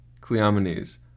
Cleomenes